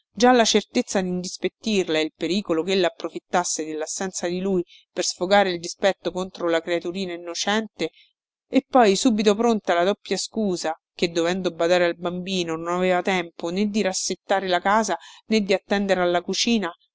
già la certezza dindispettirla e il pericolo chella approfittasse dellassenza di lui per sfogare il dispetto contro la creaturina innocente e poi subito pronta la doppia scusa che dovendo badare al bambino non aveva tempo né di rassettare la casa né di attendere alla cucina